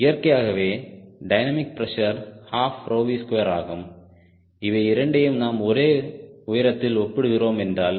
இயற்கையாகவே dynamic pressure 12V2 ஆகும் இவை இரண்டையும் நாம் ஒரே உயரத்தில் ஒப்பிடுகிறோம் என்றால்